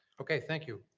okay, thank you.